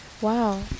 Wow